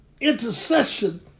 intercession